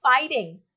fighting